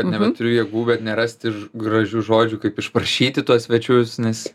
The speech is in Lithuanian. nebeturiu jėgų bet nerasti ž gražių žodžių kaip išprašyti tuos svečius nes